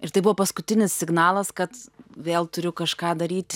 ir tai buvo paskutinis signalas kad vėl turiu kažką daryt